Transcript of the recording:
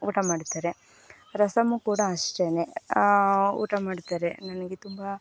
ಊಟ ಮಾಡ್ತಾರೆ ರಸಮ್ಮು ಕೂಡ ಅಷ್ಟೇ ಊಟ ಮಾಡ್ತಾರೆ ನನಗೆ ತುಂಬ